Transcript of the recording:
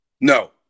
No